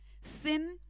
Sin